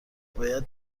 باید